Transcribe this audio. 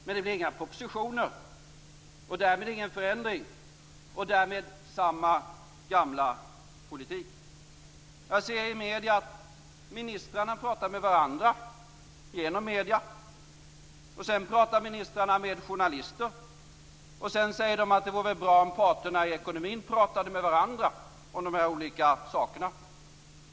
Men det blir inga propositioner och därmed ingen förändring - och därmed samma gamla politik. Jag ser i medierna att ministrarna pratar med varandra genom medierna, och sedan pratar ministrarna med journalister. Och sedan säger de att det vore bra om parterna i ekonomin pratade med varandra om de här olika sakerna.